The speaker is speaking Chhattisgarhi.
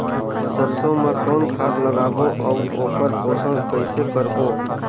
सरसो मा कौन खाद लगाबो अउ ओकर पोषण कइसे करबो?